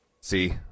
See